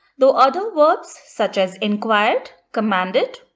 though other verbs such as enquired, commanded,